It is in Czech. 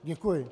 Děkuji.